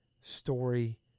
story